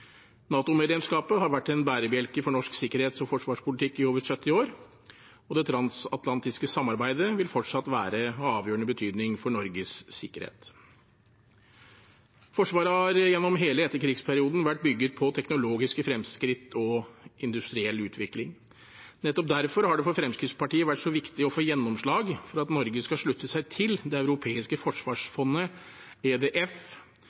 har vært en bærebjelke for norsk sikkerhets- og forsvarspolitikk i over 70 år, og det transatlantiske samarbeidet vil fortsatt være av avgjørende betydning for Norges sikkerhet. Forsvaret har gjennom hele etterkrigsperioden vært bygd på teknologiske fremskritt og industriell utvikling. Nettopp derfor har det for Fremskrittspartiet vært så viktig å få gjennomslag for at Norge skal slutte seg til Det europeiske forsvarsfondet, EDF,